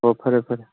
ꯑꯣ ꯐꯔꯦ ꯐꯔꯦ